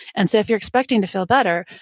and so if you're expecting to feel better,